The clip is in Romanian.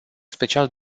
special